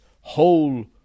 whole